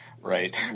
Right